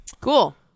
Cool